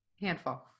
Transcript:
handful